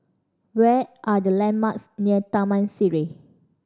where are the landmarks near Taman Sireh